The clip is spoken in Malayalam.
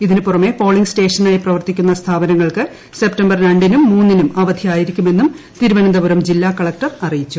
ഇതിനു പുറമേ പോളിംഗ് സ്റ്റേഷനായി പ്രവർത്തിക്കുന്ന സ്ഥാപനങ്ങൾക്ക് സെപ്റ്റംബർ രണ്ടിനും മൂന്നിനും അവ ധി ആയിരിക്കുമെന്നും തിരുവനന്തപുരം ജില്ലാ കളക്ടർ അറിയിച്ചു